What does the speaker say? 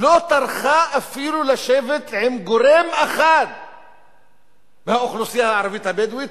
לא טרחה אפילו לשבת עם גורם אחד באוכלוסייה הערבית הבדואית.